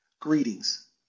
Greetings